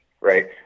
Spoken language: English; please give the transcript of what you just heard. right